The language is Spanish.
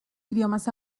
idiomas